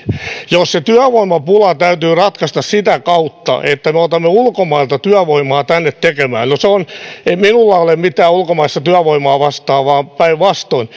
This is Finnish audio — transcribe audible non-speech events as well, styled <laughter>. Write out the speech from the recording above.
jos se työvoimapula täytyy ratkaista sitä kautta että me otamme ulkomailta työvoimaa tänne tekemään ja ei minulla ole mitään ulkomaista työvoimaa vastaan vaan päinvastoin <unintelligible>